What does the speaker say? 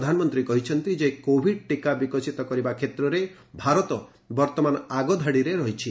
ପ୍ରଧାନମନ୍ତ୍ରୀ କହିଛନ୍ତି ଯେ କୋଭିଡ ଟିକା ବିକଶିତ କରିବା କ୍ଷେତ୍ରରେ ଭାରତ ବର୍ତ୍ତମାନ ଆଗଧାଡ଼ିରେ ରହିଛି